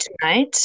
tonight